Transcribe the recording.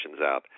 out